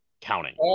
counting